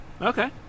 Okay